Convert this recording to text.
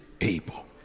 able